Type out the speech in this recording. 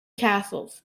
castles